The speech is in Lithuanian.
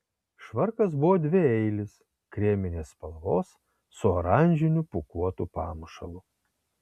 švarkas buvo dvieilis kreminės spalvos su oranžiniu pūkuotu pamušalu